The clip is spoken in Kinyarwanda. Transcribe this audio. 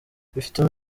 bifitemo